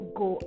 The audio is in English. go